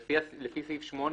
לפי סעיף 8